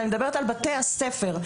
אני מדברת על בתי הספר.